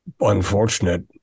unfortunate